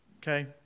Okay